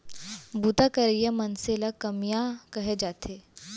बूता करइया मनसे ल कमियां कहे जाथे